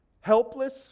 helpless